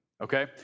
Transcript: okay